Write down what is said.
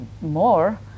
more